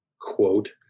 quote